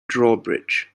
drawbridge